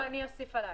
ואני אוסיף עלייך.